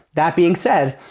that being said,